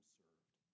served